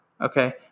okay